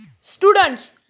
Students